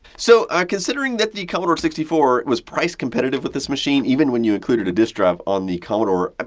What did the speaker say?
so, considering that the commodore sixty four was price competitive with this machine even when you included a disk drive on the commodore, ah